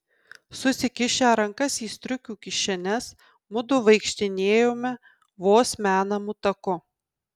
susikišę rankas į striukių kišenes mudu vaikštinėjome vos menamu taku